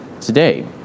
today